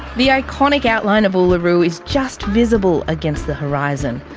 the iconic outline of uluru is just visible against the horizon.